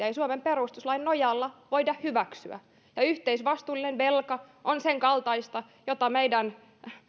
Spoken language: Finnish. ei suomen perustuslain nojalla voida hyväksyä ja yhteisvastuullinen velka on senkaltaista jota meidän